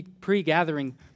pre-gathering